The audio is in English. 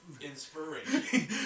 inspiration